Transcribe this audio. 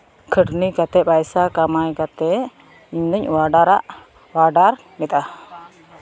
ᱠᱷᱟᱹᱴᱱᱤ ᱠᱟᱛᱮᱫ ᱯᱚᱭᱥᱟ ᱠᱟᱢᱟᱭ ᱠᱟᱛᱮᱫ ᱤᱧᱫᱩᱧ ᱚᱰᱟᱨ ᱚᱰᱟᱨ ᱞᱮᱫᱟ